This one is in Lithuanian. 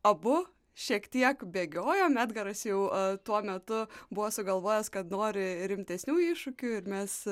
abu šiek tiek bėgiojom edgaras jau tuo metu buvo sugalvojęs kad nori rimtesnių iššūkių ir mes